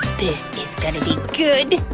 this is gonna be good!